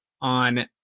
on